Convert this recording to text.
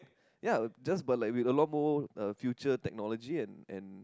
ya just but with like a lot more uh future technology and and